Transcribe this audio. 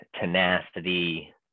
tenacity